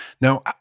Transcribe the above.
Now